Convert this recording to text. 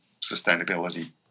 sustainability